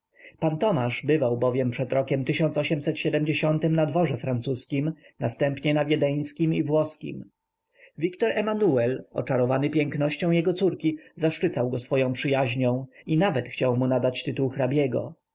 pan tomasz bywał bowiem przed rokiem tym na dworze francuskim następnie na wiedeńskim i włoskim wiktor emanuel oczarowany pięknością jego córki zaszczycał go swoją przyjaźnią i nawet chciał mu nadać tytuł